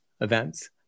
events